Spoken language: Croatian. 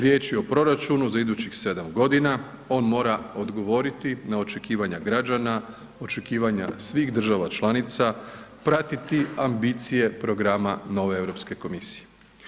Riječ je o proračunu za idućih 7 godina, on mora odgovoriti na očekivanja građana, očekivanja svih država članica, pratiti ambicije programa nove EU komisije.